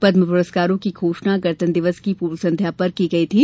पद्म पुरस्कारों की घोषणा गणतंत्र दिवस की पूर्व संध्या पर की गई थी